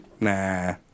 nah